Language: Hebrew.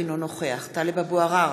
אינו נוכח טלב אבו עראר,